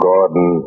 Gordon